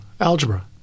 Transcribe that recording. algebra